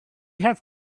have